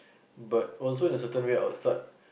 but also in a certain way I would start